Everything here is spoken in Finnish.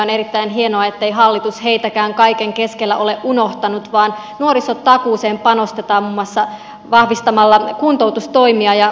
on erittäin hienoa ettei hallitus heitäkään kaiken keskellä ole unohtanut vaan että panostetaan nuorisotakuuseen muun muassa vahvistamalla kuntoutustoimia ja oppisopimuskoulutukseen